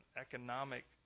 economic